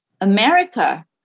America